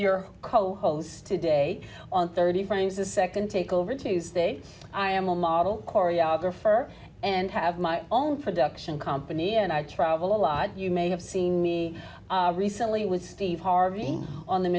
your co hosts today on thirty frames a nd take over tuesday i am a model choreographer and have my own production company and i travel a lot you may have seen me recently with steve harvey on the